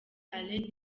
alain